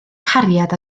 cariad